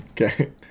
Okay